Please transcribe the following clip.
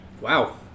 Wow